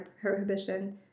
prohibition